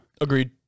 Agreed